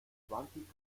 zwanzig